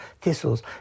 Thistles